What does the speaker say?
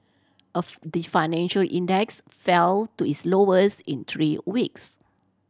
of the financial index fell to its lowest in three weeks